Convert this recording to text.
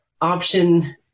option